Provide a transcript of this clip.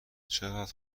چقدر